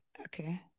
Okay